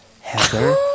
Heather